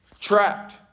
trapped